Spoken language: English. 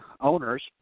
owners